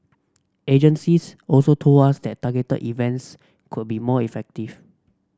agencies also told us that targeted events could be more effective